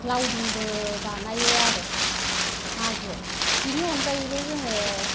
लावदुमबो बानायो आरो मागोआव बेनि अनगायैबो जोङो